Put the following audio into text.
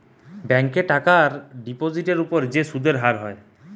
ব্যাংকে টাকার ডিপোজিটের উপর যে সুদের হার হয়